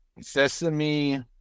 Sesame